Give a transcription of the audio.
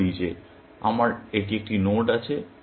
আমি ধরি যে আমার এটি একটি নোড আছে